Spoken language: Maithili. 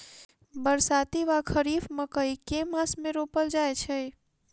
बरसाती वा खरीफ मकई केँ मास मे रोपल जाय छैय?